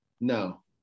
No